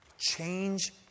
change